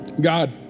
God